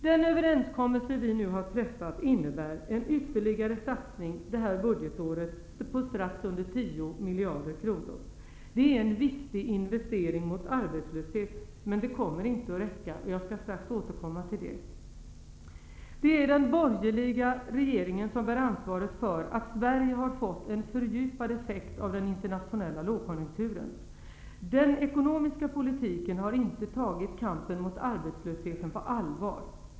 Den överenskommelse vi nu har träffat innebär en ytterligare satsning detta budgetår på strax under 10 miljarder kronor. Det är en viktig investering mot arbetslöshet, men det kommer inte att räcka. Jag skall strax återkomma till det. Det är den borgerliga regeringen som bär ansvaret för att Sverige har fått en fördjupad effekt av den internationella lågkonjunkturen. Den ekonomiska politiken har inte tagit kampen mot arbetslösheten på allvar.